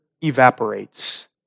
evaporates